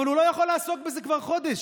אבל הוא לא יכול לעסוק בזה כבר חודש,